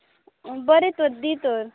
बरें तर दी तर